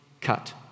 cut